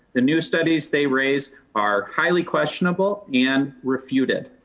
the new studies they raise are highly questionable and refuted.